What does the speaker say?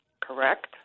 correct